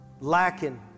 Lacking